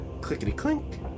clickety-clink